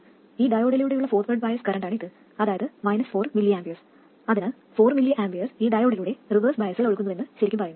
ഈ ഡയോഡിലൂടെയുള്ള forward bias കറന്റാണ് ഇത് അതായത് 4 mA അതിനാൽ 4 mA ഈ ഡയോഡിലൂടെ റിവേഴ്സ് ബയസിൽ ഒഴുകുന്നുവെന്ന് ശരിക്കും പറയുന്നു